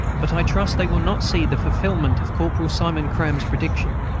but i trust they will not see the fulfilment of corporal simon cram's prediction.